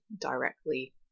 directly